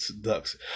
Ducks